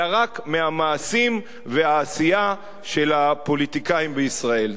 אלא רק מהמעשים והעשייה של הפוליטיקאים בישראל.